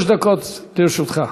שלוש דקות לרשותך.